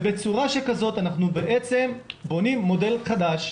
בצורה שכזאת אנחנו בונים מודל חדש.